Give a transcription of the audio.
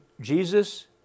Jesus